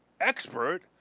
expert